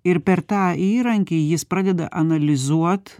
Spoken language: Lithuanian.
ir per tą įrankį jis pradeda analizuot